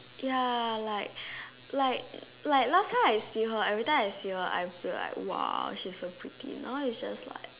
ya like like like last time I see her every time I see her I feel like !wah! she's so pretty now is just like